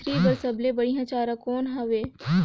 मछरी बर सबले बढ़िया चारा कौन हवय?